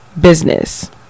business